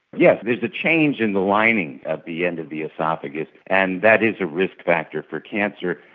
yes, there's a change in the lining at the end of the oesophagus, and that is a risk factor for cancer,